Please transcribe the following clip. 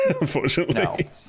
unfortunately